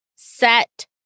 Set